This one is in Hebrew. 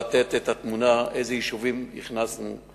לתת את התמונה איזה יישובים הכנסנו.